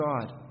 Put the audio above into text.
God